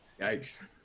Yikes